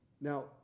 Now